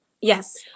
Yes